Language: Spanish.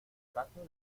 trato